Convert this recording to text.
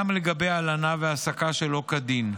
וגם לגבי הלנה והעסקה שלא כדין.